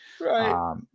Right